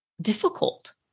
difficult